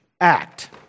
Act